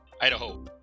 Idaho